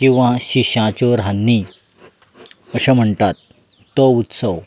किंवा शिश्यांच्यो रान्नी अशें म्हणटात तो उत्सव